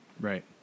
Right